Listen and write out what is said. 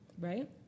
right